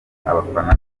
abafana